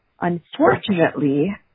Unfortunately